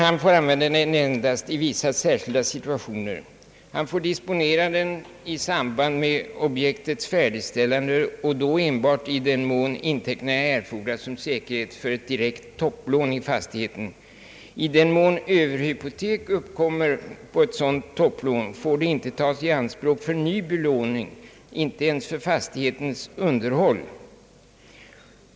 En sådan är att han får disponera inteckningarna i samband med objektets färdigställande enbart i den mån inteckningar erfordras som säkerhet för ett direkt topplån i fastigheten. I den mån överhypotek uppkommer på ett sådant topplån får det inte tas i anspråk för ny belåning, inte ens för fastighetens underhåll.